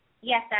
Yes